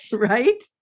Right